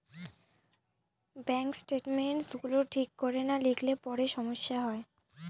bank statements গুলো ঠিক করে না লিখলে পরে সমস্যা হয়